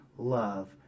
love